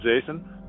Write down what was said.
Jason